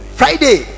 friday